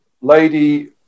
lady